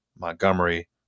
Montgomery